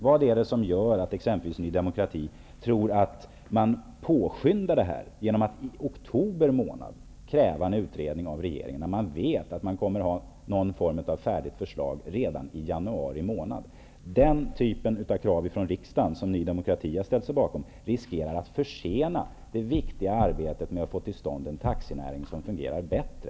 Vad är det som gör att exempelvis Ny demokrati tror att man påskyndar detta genom att i oktober månad kräva en utredning av regeringen? Vi vet ju att det kommer någon form av färdigt förslag redan i januari månad. Den typen av krav från riksdagen som de som Ny demokrati har ställt sig bakom riskerar att försena det viktiga arbetet med att få till stånd en taxinäring som fungerar bättre.